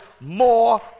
more